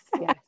Yes